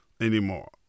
anymore